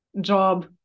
job